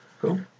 Cool